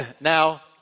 Now